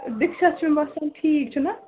ڈِکشَس چھُ باسان ٹھیٖک چھُنا